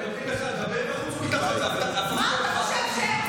אתם יודעים בכלל לדבר בחוץ וביטחון, מה אתה חושב,